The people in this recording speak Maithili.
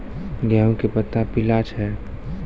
गेहूँ के पत्ता पीला छै?